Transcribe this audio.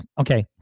Okay